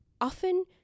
often